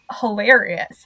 hilarious